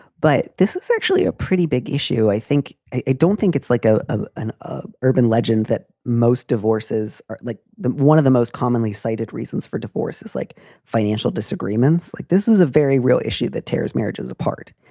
but this is actually a pretty big issue, i think. i don't think it's like ah ah an ah urban legend that most divorces are like one of the most commonly cited reasons for divorces, like financial disagreements, like this is a very real issue, that tares marriage is apart.